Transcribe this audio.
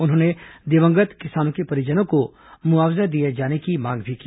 उन्होंने दिवंगत किसानों के परिजनों को मुआवजा दिए जाने की मांग भी की